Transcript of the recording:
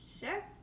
Sure